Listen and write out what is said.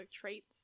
traits